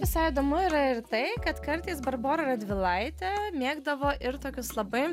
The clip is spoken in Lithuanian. visai įdomu yra ir tai kad kartais barbora radvilaitė mėgdavo ir tokius labai